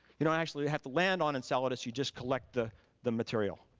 you don't actually have to land on enceladus, you just collect the the material.